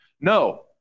No